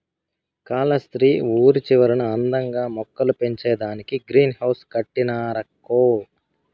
కాలస్త్రి ఊరి చివరన అందంగా మొక్కలు పెంచేదానికే గ్రీన్ హౌస్ కట్టినారక్కో